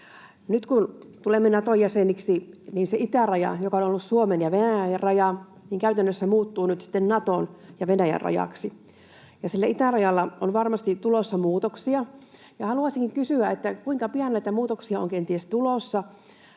Nyt kun tulemme Naton jäseniksi, niin se itäraja, joka on ollut Suomen ja Venäjän raja, käytännössä muuttuu nyt sitten Naton ja Venäjän rajaksi, ja siellä itärajalla on varmasti tulossa muutoksia. Haluaisinkin kysyä, kuinka pian näitä muutoksia on kenties tulossa.